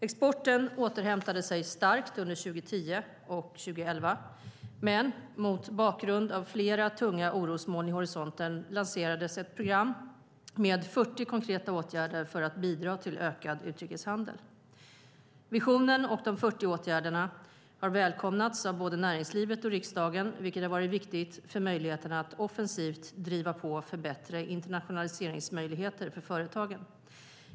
Exporten återhämtade sig starkt under 2010 och 2011, men mot bakgrund av flera tunga orosmoln vid horisonten lanserades ett program med 40 konkreta åtgärder för att bidra till ökad utrikeshandel. Visionen och de 40 åtgärderna har välkomnats av både näringslivet och riksdagen, vilket har varit viktigt för möjligheterna att offensivt driva på för bättre internationaliseringsmöjligheter för företagen.